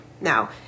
Now